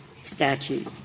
statute